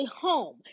home